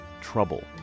trouble